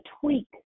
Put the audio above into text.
tweak